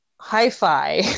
hi-fi